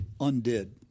undid